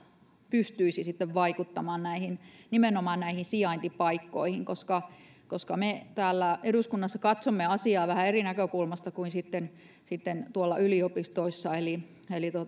pystyisi vaikuttamaan nimenomaan näihin sijaintipaikkoihin koska koska me täällä eduskunnassa katsomme asiaa vähän eri näkökulmasta kuin tuolla yliopistoissa katsotaan eli